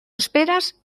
esperas